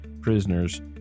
Prisoners